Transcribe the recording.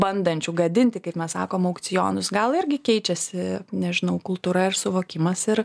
bandančių gadinti kaip mes sakom aukcionus gal irgi keičiasi nežinau kultūra ir suvokimas ir